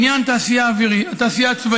לעניין התעשייה הצבאית,